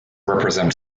represent